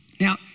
Now